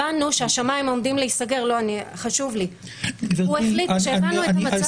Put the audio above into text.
הבנו שהשמיים עומדים להיסגר --- סליחה, גברתי,